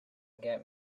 get